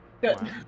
good